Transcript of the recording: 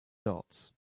dots